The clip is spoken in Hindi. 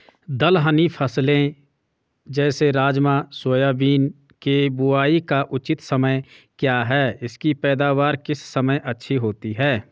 दलहनी फसलें जैसे राजमा सोयाबीन के बुआई का उचित समय क्या है इसकी पैदावार किस समय अच्छी होती है?